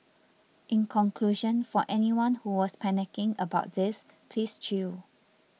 in conclusion for anyone who was panicking about this please chill